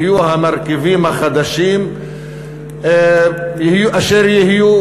יהיו המרכיבים החדשים אשר יהיו,